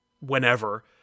whenever